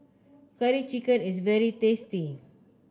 Curry Chicken is very tasty